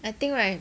I think right